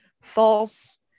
false